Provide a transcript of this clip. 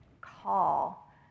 call